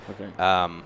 Okay